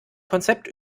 konzept